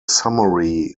summary